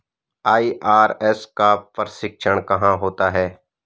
IRS का प्रशिक्षण कहाँ होता है?